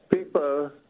people